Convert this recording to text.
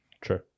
true